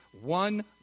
One